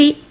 P P